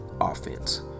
offense